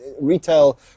retail